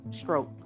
stroke